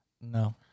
No